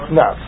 no